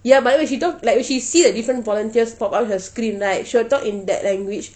ya but then when she talk like when she see the different volunteers pop up in her screen right she will talk in that language